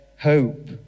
hope